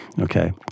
okay